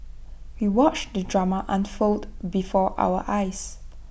we watched the drama unfold before our eyes